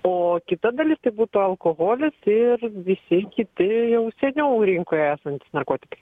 o kita dalis tai būtų alkoholis ir visi kiti jau seniau rinkoje esantys narkotikai